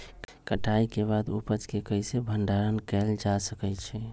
कटाई के बाद उपज के कईसे भंडारण कएल जा सकई छी?